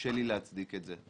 קשה לי להצדיק את זה.